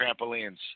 trampolines